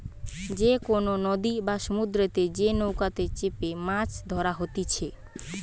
যে কোনো নদী বা সমুদ্রতে যে নৌকাতে চেপেমাছ ধরা হতিছে